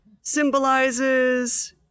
symbolizes